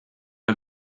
are